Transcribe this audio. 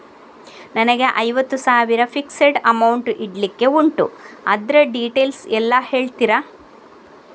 ನನಗೆ ಐವತ್ತು ಸಾವಿರ ಫಿಕ್ಸೆಡ್ ಅಮೌಂಟ್ ಇಡ್ಲಿಕ್ಕೆ ಉಂಟು ಅದ್ರ ಡೀಟೇಲ್ಸ್ ಎಲ್ಲಾ ಹೇಳ್ತೀರಾ?